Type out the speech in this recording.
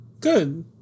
Good